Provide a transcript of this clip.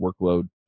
workload